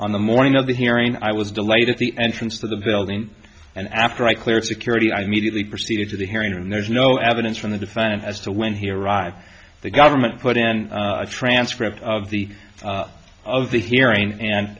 the morning of the hearing i was delayed at the entrance for the building and after i cleared security i immediately proceeded to the hearing room there's no evidence from the defendant as to when he arrived the government put in a transcript of the of the hearing and